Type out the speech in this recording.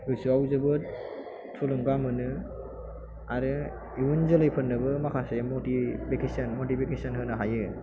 गोसोआव जोबोद थुलुंगा मोनो आरो इयुन जोलैफोरनोबो माखासे मटिभेस'न होनो हायो